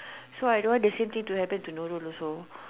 so I don't want the same thing to happen to Nurul also